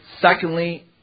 Secondly